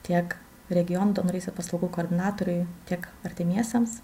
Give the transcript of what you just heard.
tiek regionų donorystės paslaugų koordinatoriui tiek artimiesiems